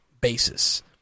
basis